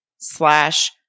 slash